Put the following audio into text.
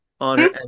on